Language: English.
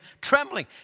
trembling